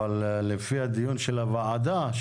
אבל לפי הדיון של הוועדה,